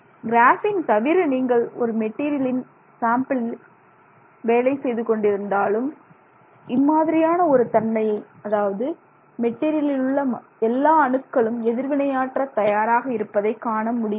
graphene தவிர நீங்கள் எந்த ஒரு மெட்டீரியலின் சாம்பிளில் நீங்கள் வேலை செய்து கொண்டிருந்தாலும் இம்மாதிரியான ஒரு தன்மையை அதாவது மெட்டீரியலிலுள்ள எல்லா அணுக்களும் எதிர்வினையாற்ற தயாராக இருப்பதை காண முடியாது